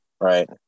right